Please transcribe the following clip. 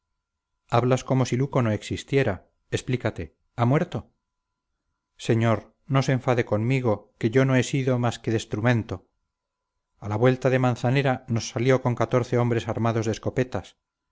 hablas como si luco no existiera explícate ha muerto señor no se enfade conmigo que yo no he sido más que destrumento a la vuelta de manzanera nos salió con catorce hombres armados de escopetas